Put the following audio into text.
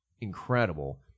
incredible